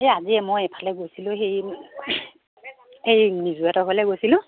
এই আজিয়ে মই এইফালে গৈছিলোঁ হেৰি এই নিজুহঁতৰ ঘৰলৈ গৈছিলোঁ